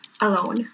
Alone